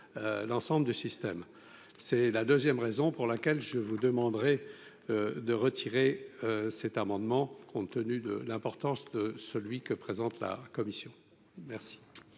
l'ensemble du système, c'est la 2ème, raison pour laquelle je vous demanderai de retirer cet amendement, compte tenu de l'importance celui que présente la commission. Merci.